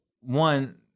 one